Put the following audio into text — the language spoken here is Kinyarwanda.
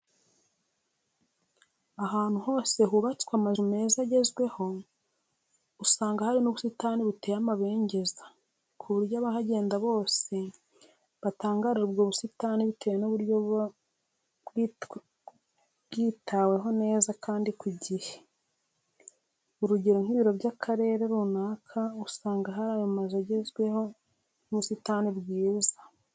Ahantu hose hubatswe amazu meza agezweho usanga hari n'ubusitani buteye amabengeza, ku buryo abahagenda bose batangarira ubwo busitani bitewe n'uburyo buba bwitaweho neza kandi ku gihe. Urugero nk'ibiro by'akarere runaka usanga hari ayo mazu agezweho n'ubusitani bwiza.